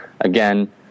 Again